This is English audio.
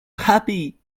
happy